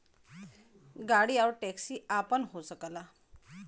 गाड़ी आउर टैक्सी आपन हो सकला